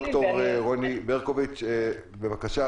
ד"ר רוני ברקוביץ', בבקשה.